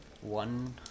One